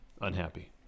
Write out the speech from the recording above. Unhappy